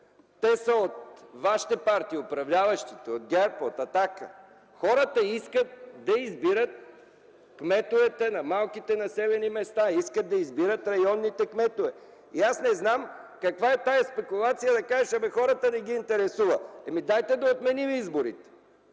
Те са от вашите партии, от управляващите – ГЕРБ и „Атака”. Хората искат да избират кметовете на малките населени места, искат да избират районните кметове. Не знам каква е тази спекулация да кажеш: „Хората не ги интересува”. Ами дайте да отменим изборите!